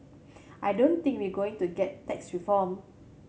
I don't think we going to get tax reform